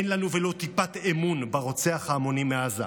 אין לנו ולו טיפת אמון ברוצח ההמונים מעזה.